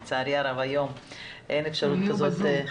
לצערי הרב היום אין אפשרות כזאת,